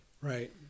right